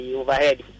overhead